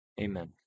amen